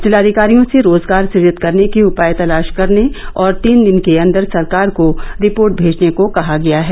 जिलाधिकारियों से रोजगार सुजित करने के उपाय तलाश करने और तीन दिन के अंदर सरकार को रिपोर्ट भेजने को कहा गया है